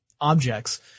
objects